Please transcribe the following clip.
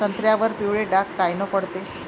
संत्र्यावर पिवळे डाग कायनं पडते?